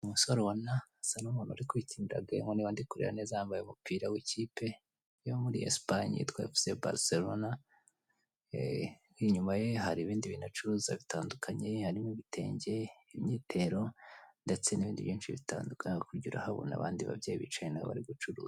umusore ubona asa n'umuntu uri kwikinira game, niba ndi kureba neza yambaye umupira w'ikipe yo muri esipanye yitwa efuse Baliserona, inyuma ye hari ibindi bintu acuruza bitandukanye harimo ibitenge, imyitero ndetse n'ibindi byinshi bitandukanye hakurya urahabona abandi babyeyi bicaye nabo bari gucuruza.